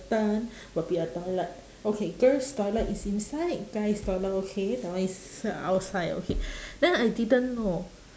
turn will be a toilet okay girls' toilet is inside guys' toilet okay that one is uh outside okay then I didn't know